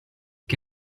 che